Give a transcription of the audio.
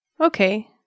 Okay